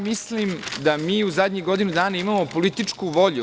Mislim da mi u zadnjih godinu dana imamo političku volju.